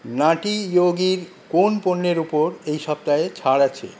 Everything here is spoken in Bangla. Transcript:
নাটি ইয়োগির কোন পণ্যের ওপর এই সপ্তাহে ছাড় আছে